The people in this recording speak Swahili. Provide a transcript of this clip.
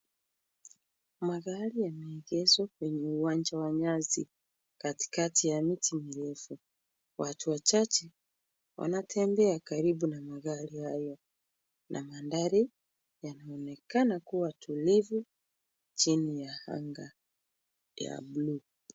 Magari yameegeshwa kwenye uwanja wa nyasi katikati ya miti mirefu. Watu wachache wanatembea karibu na magari hayo na mandhari yanaonekana kuwa tulivu chini ya anga ya bluu.